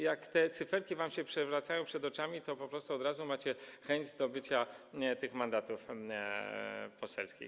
Jak te cyferki wam się przewracają przed oczami, to po prostu od razu macie chęć zdobycia tych mandatów poselskich.